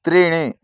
त्रीणि